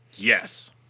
Yes